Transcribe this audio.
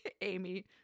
Amy